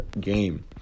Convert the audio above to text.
game